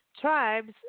tribes